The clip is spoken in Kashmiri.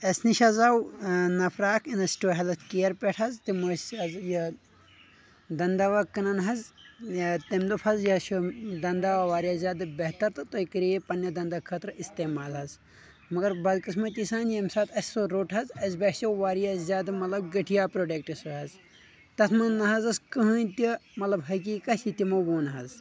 اسہ نِش حظ آو نفرا اکھ انسٹو ہٮ۪لٕتھ کیر پٮ۪ٹھ حظ تِم ٲسۍ حظ یہِ دنٛدٕ دوا کٕنان حظ تٔمۍ دوٚپ حظ یہِ چھُ دنٛد دوا واریاہ زیادٕ بہتر تہٕ تُہۍ کٔرِو یہِ پننہِ دنٛدو خٲطرٕ استعمال حظ مگر بدقسمٔتی سان ییٚمہِ ساتہٕ اسہِ سُہ روٚٹ حظ اسہِ باسیو واریاہ زیادٕ مطلب گٔٹیا پروڈیٚکٹ سُہ حظ تتھ منٛز نہ حظ ٲسۍ کٕہیٖنۍ تہِ مطلب حقیٖقت یہِ تِمو ووٚن حظ